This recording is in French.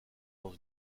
dans